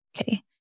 Okay